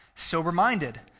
Sober-minded